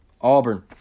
Auburn